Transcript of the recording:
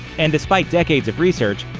and despite decades of research,